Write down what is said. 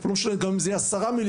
לא משנה גם אם זה יהיה גם 10 מיליארד,